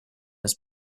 this